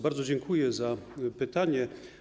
Bardzo dziękuję za pytanie.